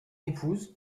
épouse